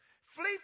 Flee